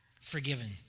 forgiven